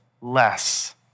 less